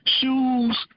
shoes